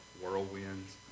whirlwinds